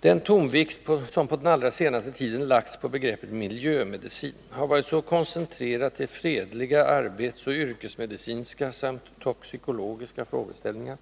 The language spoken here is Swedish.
Den tonvikt som på den allra senaste tiden lagts på begreppet ”miljömedicin” har varit så koncentrerad till fredliga arbetsoch yrkesmedicinska samt toxikologiska frågeställningar